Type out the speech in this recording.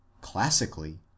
classically